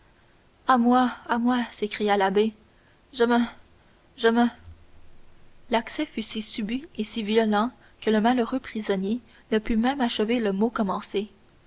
à moi à moi s'écria l'abbé je me je me m l'accès fut si subit et si violent que le malheureux prisonnier ne put même achever le mot commencé